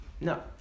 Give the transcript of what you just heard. No